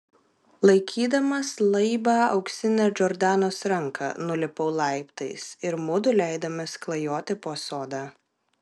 laikydamas laibą auksinę džordanos ranką nulipau laiptais ir mudu leidomės klajoti po sodą